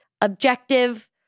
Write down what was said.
objective